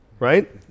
Right